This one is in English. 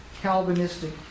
Calvinistic